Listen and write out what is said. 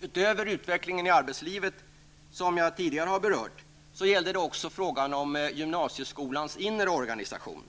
Utöver utvecklingen i arbetslivet, en fråga som jag tidigare har berört, gällde det också frågan om gymnasieskolans inre organisation.